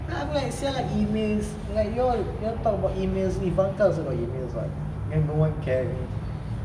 I'm like [sial] ah you all talk about emails ivanka also got emails what then no one cares only